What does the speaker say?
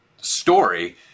story